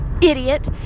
idiot